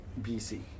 BC